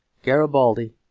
garibaldi,